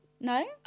No